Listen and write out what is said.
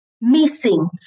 missing